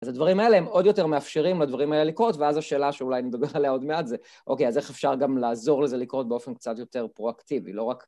אז הדברים האלה הם עוד יותר מאפשרים לדברים האלה לקרות, ואז השאלה שאולי נדבר עליה עוד מעט זה, אוקיי, אז איך אפשר גם לעזור לזה לקרות באופן קצת יותר פרואקטיבי, לא רק...